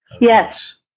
yes